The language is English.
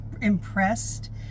impressed